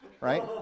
right